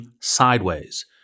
sideways